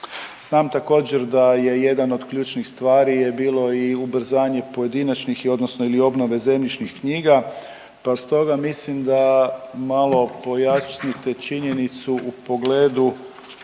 Znam također da je jedan od ključnih stvari je bilo i ubrzanje pojedinačnih i odnosno ili obnove zemljišnih knjiga pa stoga mislim da malo pojasnite činjenicu u pogledu